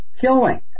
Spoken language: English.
killing